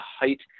height